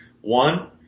One